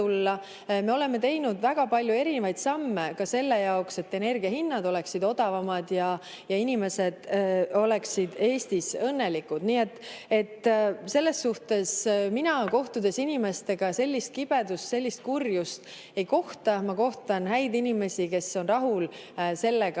Me oleme teinud väga palju erinevaid samme ka selle jaoks, et energiahinnad oleksid odavamad ja inimesed oleksid Eestis õnnelikud. Nii et selles suhtes mina inimestega kohtudes sellist kibedust ja sellist kurjust ei kohta. Ma kohtan häid inimesi, kes on rahul sellega,